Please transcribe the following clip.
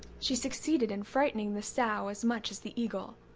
she succeeded in frightening the sow as much as the eagle.